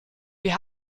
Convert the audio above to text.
wir